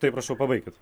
taip prašau pabaikit